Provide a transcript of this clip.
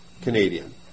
Canadian